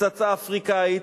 פצצה אפריקנית,